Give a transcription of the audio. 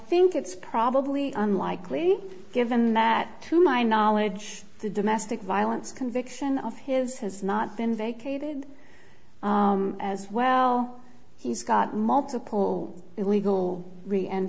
think it's probably unlikely given that to my knowledge the domestic violence conviction of his has not been vacated as well he's got multiple illegal re